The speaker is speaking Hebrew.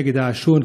נגד העישון,